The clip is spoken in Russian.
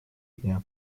дня